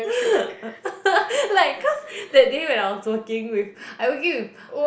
like cause that day when I was working with I working with